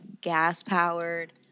gas-powered